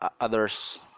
others